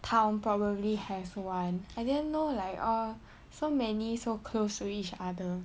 town probably have one I didn't know like err so many so close to each other